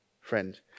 Friend